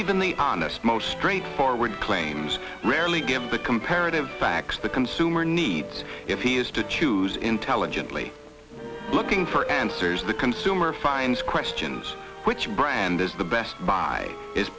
even the honest most straightforward claims rarely give the comparative facts the consumer needs if he has to choose intelligently looking for answers the consumer finds questions which brand is the best buy is